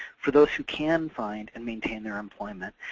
for those who can find and maintain their employment,